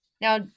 now